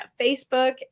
Facebook